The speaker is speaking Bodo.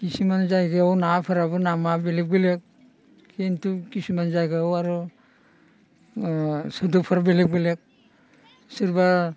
किसुमान जायगायाव नाफोराबो मुङा बेलेक बेलेक किन्तु किसुमान जायगायाव आरो सोदोबफोरा बेलेक बेलेक सोरबा